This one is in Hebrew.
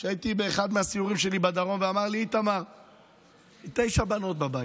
כשהייתי באחד מהסיורים שלי בדרום ואמר לי: יש לי תשע בנות בבית,